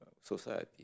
society